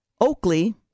Oakley